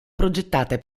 progettate